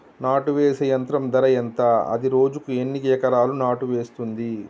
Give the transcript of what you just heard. నాటు వేసే యంత్రం ధర ఎంత? అది రోజుకు ఎన్ని ఎకరాలు నాటు వేస్తుంది?